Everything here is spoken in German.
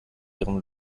ihrem